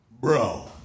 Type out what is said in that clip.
bro